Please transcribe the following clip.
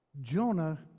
Jonah